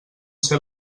ser